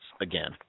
again